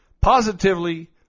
positively